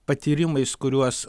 patyrimais kuriuos